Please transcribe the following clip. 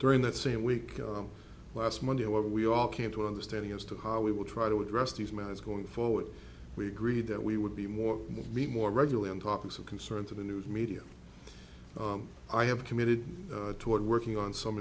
during that same week last monday and what we all came to understanding as to how we will try to address these matters going forward we agreed that we would be more meet more regularly on topics of concern to the news media i have committed toward working on some